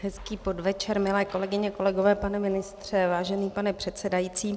Hezký podvečer, milé kolegyně, kolegové, pane ministře, vážený pane předsedající.